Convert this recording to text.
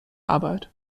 arbeit